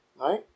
right